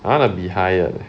I wanna be hired leh